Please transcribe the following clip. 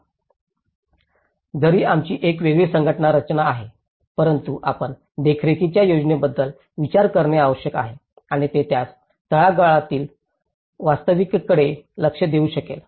जरी आमची एक वेगळी संघटित रचना आहे परंतु आपण देखरेखीच्या योजनेबद्दल विचार करणे आवश्यक आहे आणि जे त्यास तळागाळातील वास्तविकतेकडे लक्ष देऊ शकेल